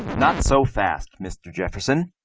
not so fast, mr. jefferson!